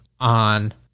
on